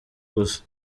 gusa